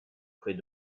près